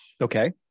Okay